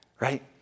Right